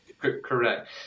correct